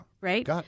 Right